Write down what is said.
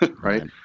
right